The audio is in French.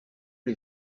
les